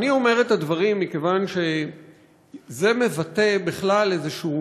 אני אומר את הדברים מכיוון שזה מבטא בכלל איזשהו